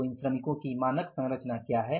तो इन श्रमिकों की मानक संरचना क्या है